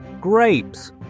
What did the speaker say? Grapes